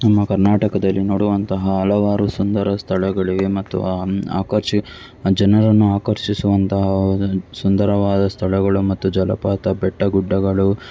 ನಮ್ಮ ಕರ್ನಾಟಕದಲ್ಲಿ ನೋಡುವಂತಹ ಹಲವಾರು ಸುಂದರ ಸ್ಥಳಗಳಿವೆ ಮತ್ತು ಆಕರ್ಷಿ ಜನರನ್ನು ಆಕರ್ಷಿಸುವಂತಹ ಸುಂದರವಾದ ಸ್ಥಳಗಳು ಮತ್ತು ಜಲಪಾತ ಬೆಟ್ಟ ಗುಡ್ಡಗಳು